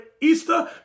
Easter